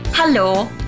Hello